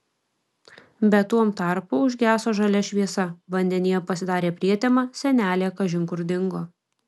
bet tuom tarpu užgeso žalia šviesa vandenyje pasidarė prietema senelė kažin kur dingo